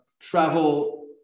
travel